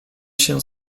się